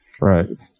Right